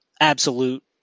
absolute